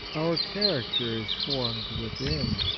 our character is formed within.